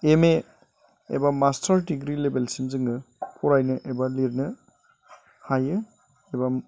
M A एबा master degree लेभेलसिम जोङो फरायनो एबा लिरनो हायो एबा